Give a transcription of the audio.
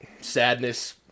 sadness